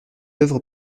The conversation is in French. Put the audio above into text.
oeuvre